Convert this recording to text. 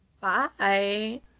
Bye